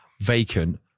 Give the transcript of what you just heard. vacant